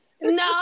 No